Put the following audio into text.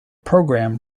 program